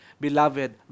Beloved